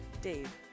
Dave